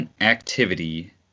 activity